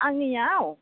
आंनियाव